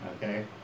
okay